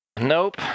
Nope